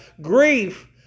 grief